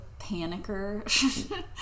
panicker